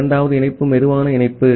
இரண்டாவது இணைப்பு சுலோ இணைப்பு